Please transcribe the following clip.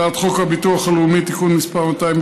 הצעת חוק הביטוח הלאומי (תיקון מס' 200)